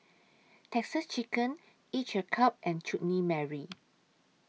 Texas Chicken Each A Cup and Chutney Mary